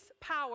power